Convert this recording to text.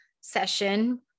session